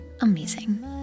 amazing